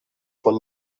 von